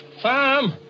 Sam